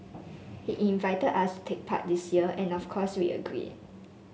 he invite us to take part this year and of course we agreed